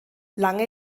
lange